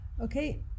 Okay